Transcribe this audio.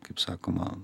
kaip sakoma